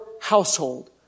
household